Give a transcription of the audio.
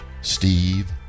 Steve